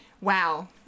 wow